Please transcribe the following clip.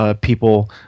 People